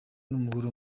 n’umugore